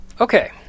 Okay